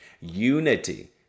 Unity